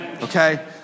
Okay